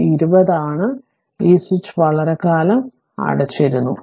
ഇത് 20 ആണ് ഈ സ്വിച്ച് വളരെക്കാലം അടച്ചിരുന്നു